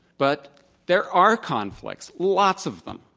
but there are conflicts, lots of them,